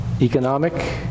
economic